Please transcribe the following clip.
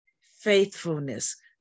faithfulness